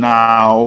now